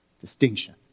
Distinction